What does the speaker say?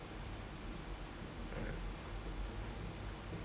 uh